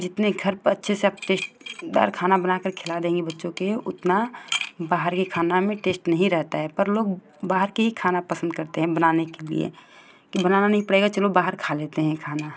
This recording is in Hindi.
जितना घर पर अच्छे से आप टेस्टदार खाना बनाकर खिला देंगी बच्चों को उतना बाहर के खाने में टेस्ट नहीं रहता है पर लोग बाहर का ही खाना पसन्द करते हैं बनाने के लिए कि बनाना नहीं पड़ेगा चलो बाहर खा लेते हैं खाना